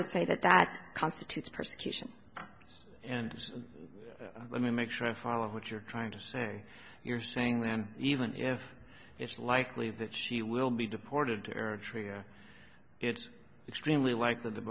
would say that that constitutes persecution and let me make sure i follow what you're trying to say you're saying then even if it's likely that she will be deported or tria it extremely like that